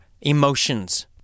emotions